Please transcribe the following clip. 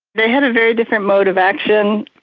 they had a very different mode of action.